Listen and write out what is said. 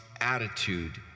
attitude